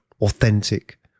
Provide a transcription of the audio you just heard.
authentic